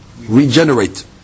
regenerate